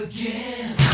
again